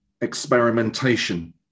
experimentation